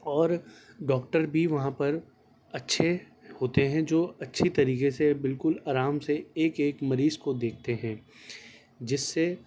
اور ڈاکٹر بھی وہاں پر اچھے ہوتے ہیں جو اچھی طریقے سے بالکل آرام سے ایک ایک مریض کو دیکھتے ہیں جس سے